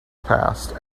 passed